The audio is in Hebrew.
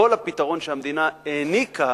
כל הפתרון שהמדינה העניקה